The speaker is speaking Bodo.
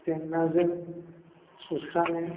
जेंनाजों सुस्राङो